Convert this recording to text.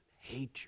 hatred